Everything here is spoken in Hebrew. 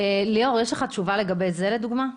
ליאור, יש לך תשובה לגבי זה לדוגמה?